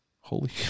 Holy